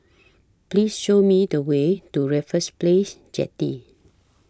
Please Show Me The Way to Raffles Place Jetty